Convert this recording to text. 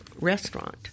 restaurant